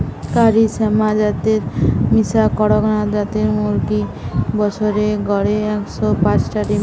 কারি শ্যামা জাতের মিশা কড়কনাথ জাতের মুরগি বছরে গড়ে একশ পাচটা ডিম দেয়